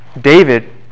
David